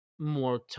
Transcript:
More